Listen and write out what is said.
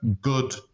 good